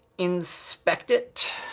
inspect it.